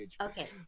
okay